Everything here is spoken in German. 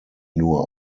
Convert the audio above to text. nur